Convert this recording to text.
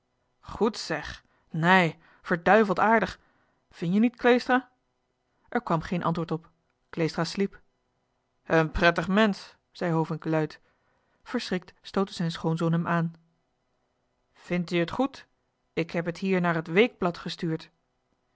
goed zeg nei verduiveld aardig vin je niet kleestra er kwam geen antwoord kleestra sliep johan de meester de zonde in het deftige dorp een prettig mensch zei hovink luid verschrikt stootte zijn schoonzoon hem aan vindt u het goed ik heb het hier naar het weekblad gestuurd